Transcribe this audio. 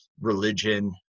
religion